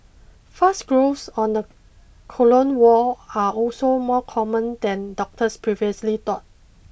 fast growths on the colon wall are also more common than doctors previously thought